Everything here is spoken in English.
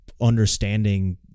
understanding